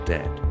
Dead